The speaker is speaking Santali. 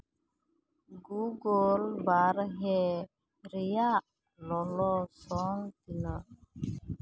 ᱜᱩᱜᱚᱞ ᱵᱟᱨᱦᱮ ᱨᱮᱭᱟᱜ ᱞᱚᱞᱚ ᱥᱚᱝ ᱛᱤᱱᱟᱹᱜ